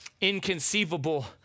inconceivable